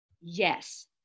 yes